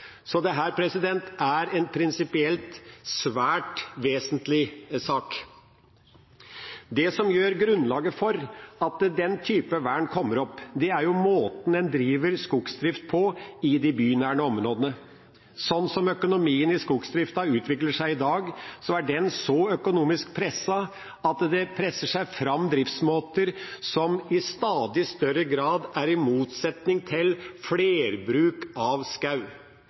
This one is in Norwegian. er dette en prinsipielt svært vesentlig sak. Det som utgjør grunnlaget for at den typen vern kommer opp, er måten en driver skogsdrift på i de bynære områdene. Slik økonomien i skogsdriften utvikler seg i dag, er den så økonomisk presset at det presser seg fram driftsmåter som i stadig større grad er i motsetning til flerbruk av